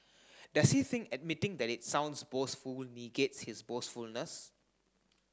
does he think admitting that it sounds boastful negates his boastfulness